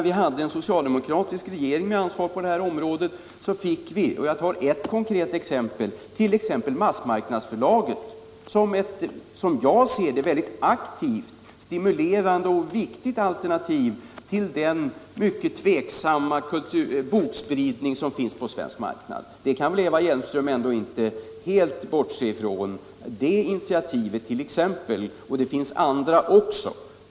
Medan en socialdemokratisk regering hade ansvaret på detta område fick vi — för att ta ett konkret exempel — ett massmarknadsförlag som ett, som jag ser det, mycket aktivt, stimulerande och viktigt alternativ till den delvis mycket tvivelaktiga bokspridning som förekommer på den svenska marknaden. Det initiativet kan väl Eva Hjelmström inte helt bortse från, och det finns också många andra.